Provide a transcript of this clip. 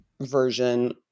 version